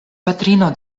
patrino